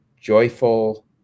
joyful